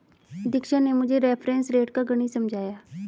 दीक्षा ने मुझे reference rate का गणित समझाया